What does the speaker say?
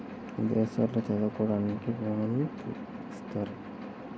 విదేశాల్లో చదువుకోవడానికి ఋణం ఇస్తారా?